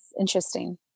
interesting